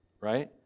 right